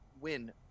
win